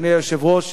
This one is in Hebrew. אדוני היושב-ראש,